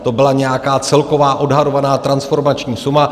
To byla nějaká celková odhadovaná transformační suma.